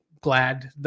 glad